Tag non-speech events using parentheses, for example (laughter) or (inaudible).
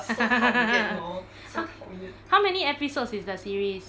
(laughs) ha~ how many episodes is the series